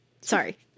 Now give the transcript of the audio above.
sorry